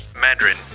Mandarin